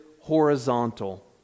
horizontal